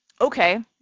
okay